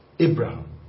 Abraham